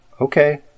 Okay